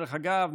דרך אגב,